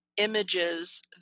images